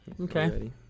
Okay